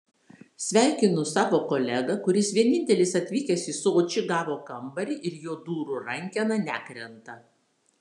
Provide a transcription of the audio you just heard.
sveikinu savo kolegą kuris vienintelis atvykęs į sočį gavo kambarį ir jo durų rankena nekrenta